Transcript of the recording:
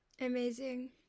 Amazing